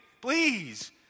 Please